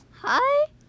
Hi